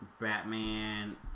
Batman